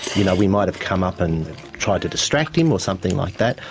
you know we might have come up and tried to distract him or something like that.